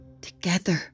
together